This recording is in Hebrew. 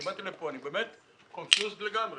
אני באתי לפה ואני מחוץ לעניין לגמרי.